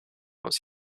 was